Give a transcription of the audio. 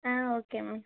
ah okay ma'am